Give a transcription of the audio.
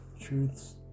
truths